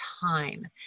time